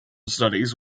studies